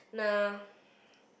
nah